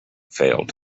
failed